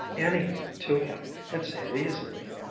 anything to him, and say it easily.